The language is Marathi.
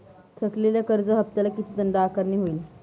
थकलेल्या कर्ज हफ्त्याला किती दंड आकारणी होईल?